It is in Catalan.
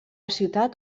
ciutat